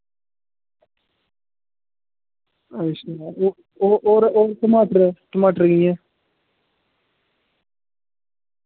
अच्छा ओ ओ और और टमाटर टमाटर कि'यां